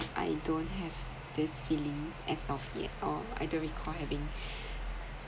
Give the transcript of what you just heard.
I don't have this feeling as of yet or I don't recall I have been